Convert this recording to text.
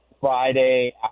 Friday